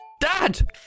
Dad